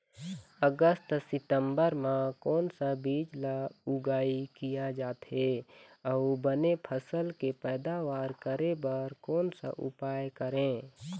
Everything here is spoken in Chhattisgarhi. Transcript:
अगस्त सितंबर म कोन सा बीज ला उगाई किया जाथे, अऊ बने फसल के पैदावर करें बर कोन सा उपाय करें?